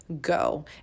go